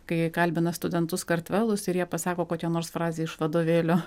kai kalbina studentus kartvelus ir jie pasako kokią nors frazę iš vadovėlio